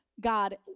God